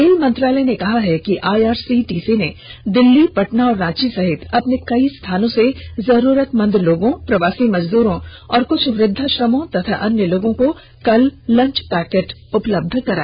rail मंत्रालय ने कहा है कि आईआरसीटीसी ने दिल्ली पटना और रांची सहित अपने कई स्थानों से जरूरतमंद लोगों प्रवासी मजदूरों कुछ वृद्वाश्रमों और अन्य लोगों को कल लंच पैकेट उपलब्ध कराए